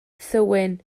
thywyn